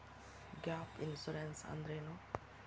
Gap insurance ಅಂದ್ರೇನು?